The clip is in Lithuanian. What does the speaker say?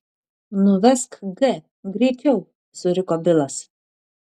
nuvesk g greičiau suriko bilas